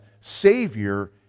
Savior